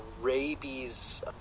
rabies